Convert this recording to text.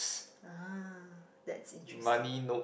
ah that's interesting